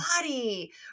body